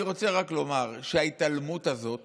אני רוצה רק לומר שההתעלמות הזאת